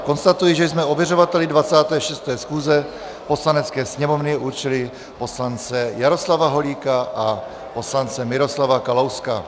Konstatuji, že jsme ověřovateli 26. schůze Poslanecké sněmovny určili poslance Jaroslava Holíka a poslance Miroslava Kalouska.